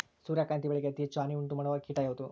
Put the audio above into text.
ಸೂರ್ಯಕಾಂತಿ ಬೆಳೆಗೆ ಅತೇ ಹೆಚ್ಚು ಹಾನಿ ಉಂಟು ಮಾಡುವ ಕೇಟ ಯಾವುದು?